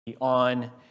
on